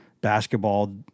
basketball